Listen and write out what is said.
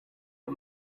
uri